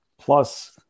plus